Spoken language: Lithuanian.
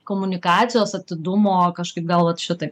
komunikacijos atidumo kažkaip gal vat šitaip